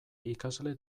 ikasle